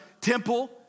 temple